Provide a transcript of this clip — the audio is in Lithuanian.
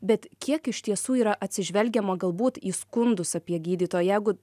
bet kiek iš tiesų yra atsižvelgiama galbūt į skundus apie gydytoją jeigu